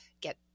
get